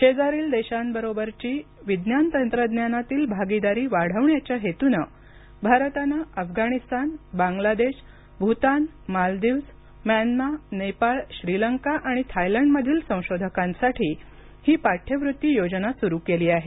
शेजारील देशांबरोबरची विज्ञान तंत्रज्ञानातील भागीदारी वाढवण्याच्या हेतूनं भारतानं अफगाणिस्तान बांग्लादेश भूतान मालदीवज् म्यानमाँ नेपाळ श्रीलंका आणि थायलंडमधील संशोधकांसाठी ही पाठ्यवृत्ती योजना सुरू केली आहे